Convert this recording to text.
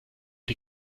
die